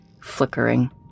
flickering